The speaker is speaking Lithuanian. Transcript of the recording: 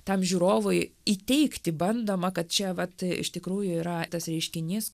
tam žiūrovui įteigti bandoma kad čia vat iš tikrųjų yra tas reiškinys